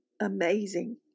Amazing